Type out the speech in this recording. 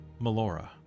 Melora